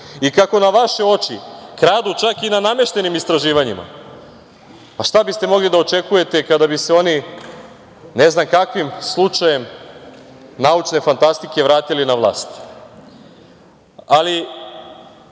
i kako na vaše oči kradu čak i na nameštenim istraživanjima, šta biste mogli da očekujete kada bi se oni, ne znam kakvim slučajem naučne fantastike, vratili na vlast? Kao